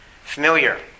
familiar